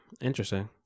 Interesting